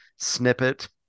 snippet